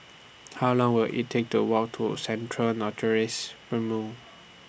How Long Will IT Take to Walk to Central Narcotics